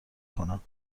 کنم